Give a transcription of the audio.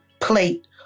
plate